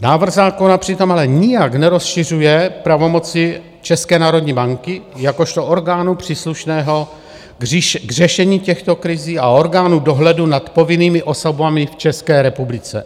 Návrh zákona přitom ale nijak nerozšiřuje pravomoci České národní banky jakožto orgánu příslušného k řešení těchto krizí a orgánu dohledu nad povinnými osobami v České republice.